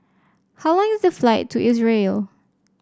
how long is the flight to Israel